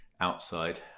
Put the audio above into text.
outside